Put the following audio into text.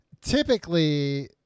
typically